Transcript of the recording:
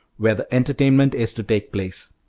where the entertainment is to take place,